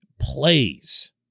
plays